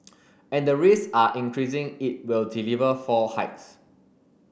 and the risks are increasing it will deliver four hikes